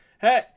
Hey